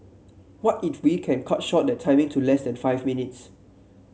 what if we can cut short that timing to less than five minutes